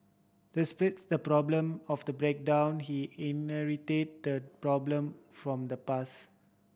despite the problem of the breakdown he inherited the problem from the past